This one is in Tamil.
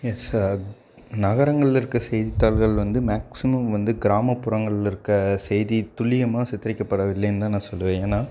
எஸ் சார் நகரங்களில் இருக்கற செய்தித்தாள்கள் வந்து மேக்சிமம் வந்து கிராமப்புறங்களில் இருக்கற செய்தி துல்லியமாக சித்தரிக்கப்படவில்லைன்னு தான் நான் சொல்லுவேன் ஏன்னால்